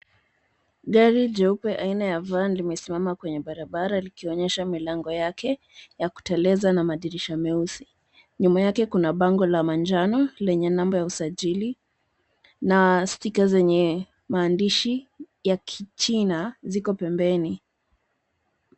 Gari jeupe aina ya van limesimama kwenye barabara likionyesha milango yake, ya kuteleza na madirisha meusi. Nyuma yake kuna bango la manjano, lenye number ya usajili, na stika zenye maandishi ya kichina ziko pembeni.